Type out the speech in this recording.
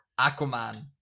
aquaman